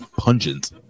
Pungent